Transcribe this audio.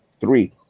Three